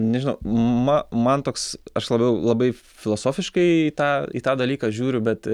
nežinau ma man toks aš labiau labai filosofiškai į tą į tą dalyką žiūriu bet